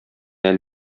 әле